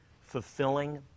fulfilling